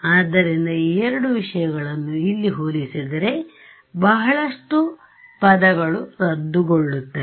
ಆದ್ದರಿಂದ ಈ ಎರಡು ವಿಷಯಗಳನ್ನು ಇಲ್ಲಿ ಹೋಲಿಸಿದರೆ ಬಹಳಷ್ಟು ಪದಗಳು ರದ್ದುಗೊಳ್ಳುತ್ತದೆ